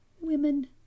Women